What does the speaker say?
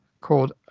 called